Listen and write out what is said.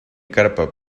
carpa